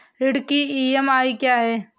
ऋण की ई.एम.आई क्या है?